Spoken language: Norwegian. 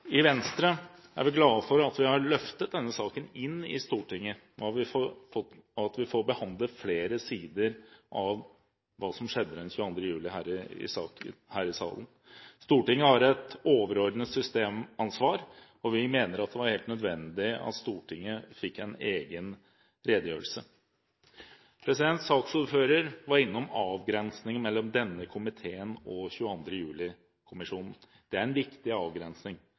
I Venstre er vi glad for at vi har løftet denne saken inn i Stortinget, og at vi får behandlet flere sider av det som skjedde den 22. juli, her i salen. Stortinget har et overordnet systemansvar, og vi mener det var helt nødvendig at Stortinget fikk en egen redegjørelse. Saksordføreren var innom avgrensingen mellom denne komiteen og 22. juli-kommisjonen. Det er en viktig